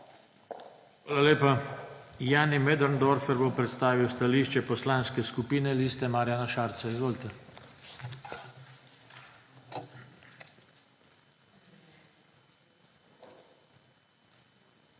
Hvala lepa. Jani Möderndorfer bo predstavil stališče Poslanske skupine Liste Marjana Šarca. Izvolite. **JANI